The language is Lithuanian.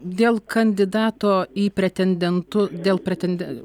dėl kandidato į pretendentu dėl pretenden